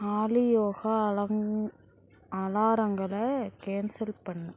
ஆலி யோகா அலங் அலாரங்களை கேன்சல் பண்ணு